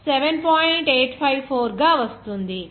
854 గా వస్తుంది